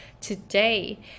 today